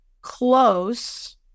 close